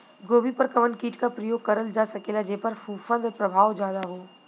गोभी पर कवन कीट क प्रयोग करल जा सकेला जेपर फूंफद प्रभाव ज्यादा हो?